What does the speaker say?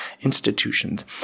institutions